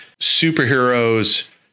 superheroes